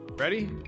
ready